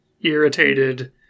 irritated